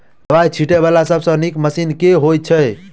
दवाई छीटै वला सबसँ नीक मशीन केँ होइ छै?